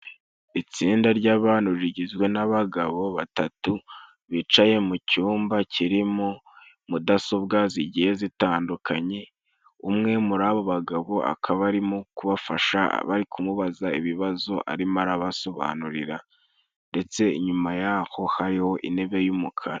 Itsinda ry'abantu rigizwe n'abagabo batatu, bicaye mu cyumba kirimo mudasobwa zigiye zitandukanye, umwe muri abo bagabo akaba arimo kubafasha bari kumubaza ibibazo arimo arabasobanurira, ndetse inyuma y'aho hariho intebe y'umukara.